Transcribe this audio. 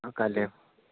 অঁ কাইলৈ